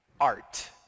Art